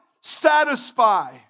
satisfy